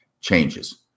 changes